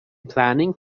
planning